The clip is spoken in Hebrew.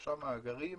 שלושה מאגרים